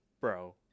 Bro